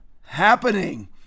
happening